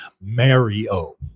mario